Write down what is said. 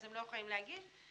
הם לא יכולים להגיש.